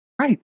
Right